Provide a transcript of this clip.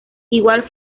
igual